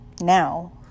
now